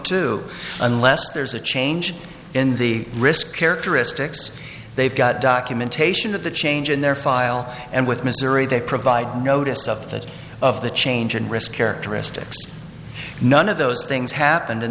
two unless there's a change in the risk characteristics they've got documentation that the change in their file and with missouri they provide notice of that of the change in risk characteristics none of those things happened in